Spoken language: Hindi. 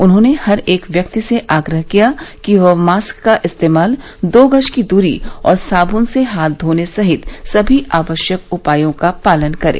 उन्होंने हर एक व्यक्ति से आग्रह किया कि वह मास्क का इस्तेमाल दो गज की दूरी और साबुन से हाथ धोने सहित सभी आवश्यक उपायों का पालन करें